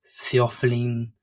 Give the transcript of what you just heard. theophylline